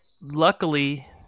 luckily